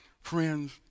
Friends